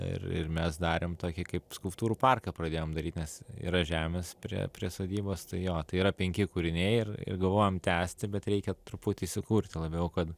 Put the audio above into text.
ir ir mes darėm tokį kaip skulptūrų parką pradėjom daryt nes yra žemės prie prie sodybos tai jo tai yra penki kūriniai ir galvojam tęsti bet reikia truputį sukurti labiau kad